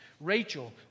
Rachel